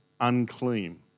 unclean